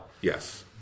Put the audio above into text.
Yes